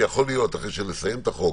שיכול להיות שאחרי שנסיים את החוק,